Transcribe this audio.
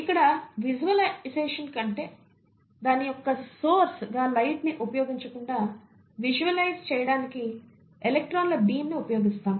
ఇక్కడ విజువలైజేషన్ యొక్క సోర్స్ గా లైట్ ని ఉపయోగించకుండా విషువలైజ్ చేయడానికి ఎలక్ట్రాన్ల బీమ్ ని ఉపయోగిస్తాము